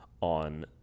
on